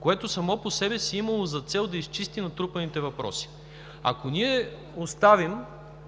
което само по себе си е имало за цел да изчисти натрупаните въпроси. Ако ние оставим